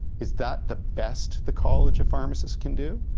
is that the best the college of pharmacists can do?